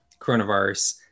coronavirus